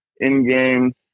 in-game